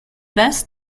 best